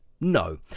no